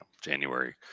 January